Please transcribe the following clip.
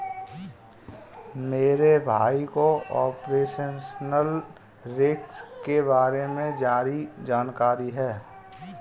मेरे भाई को ऑपरेशनल रिस्क के बारे में सारी जानकारी है